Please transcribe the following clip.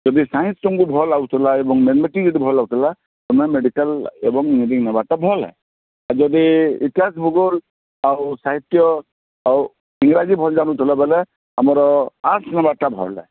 ଯଦି ସାଇନ୍ସ ତୁମକୁ ଭଲ ଲାଗୁଥିଲା ଏବଂ ମ୍ୟାଥମେଟିକ୍ସ୍ ଯଦି ଭଲ ଲାଗୁଥିଲା ତୁମେ ମେଡ଼ିକାଲ୍ ଏବଂ ନେବାଟା ଭଲ୍ ହେ ଯଦି ଇଟାଜ୍ ହବ ଆଉ ସାହିତ୍ୟ ଆଉ ଇଂରାଜୀ ଭଲ ଜାଣୁଥିବ ବୋଲେ ଆମର ଆର୍ଟସ୍ ନେବାଟା ଭଲ୍ ହେ